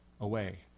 away